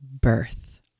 birth